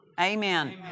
Amen